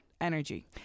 energy